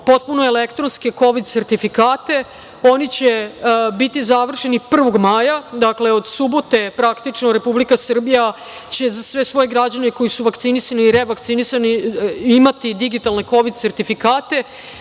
potpuno elektronske kovid sertifikate. Oni će biti završeni 1. maja. Od subote, praktično, Republika Srbija će za sve svoje građane koji su vakcinisani i revakcinisani imati digitalne kovid sertifikate. Mi